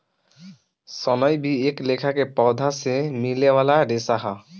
सनई भी एक लेखा के पौधा से मिले वाला रेशा ह